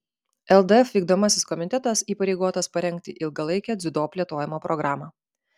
ldf vykdomasis komitetas įpareigotas parengti ilgalaikę dziudo plėtojimo programą